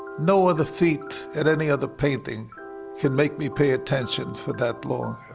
no other feet in any other painting can make me pay attention for that long.